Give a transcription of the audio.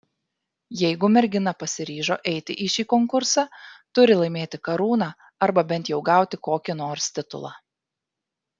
jeigu mergina pasiryžo eiti į šį konkursą turi laimėti karūną arba bent jau gauti kokį nors titulą